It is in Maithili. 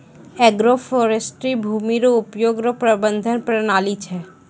एग्रोफोरेस्ट्री भूमी रो उपयोग रो प्रबंधन प्रणाली छै